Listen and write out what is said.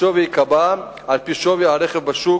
השווי ייקבע על-פי שווי הרכב בשוק,